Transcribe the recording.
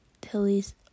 Tilly's